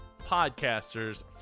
podcasters